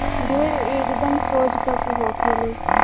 भेड़ एकदम सोझ पशु होखे ले